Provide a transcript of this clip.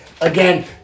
again